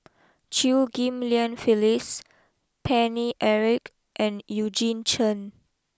Chew Ghim Lian Phyllis Paine Eric and Eugene Chen